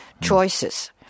choices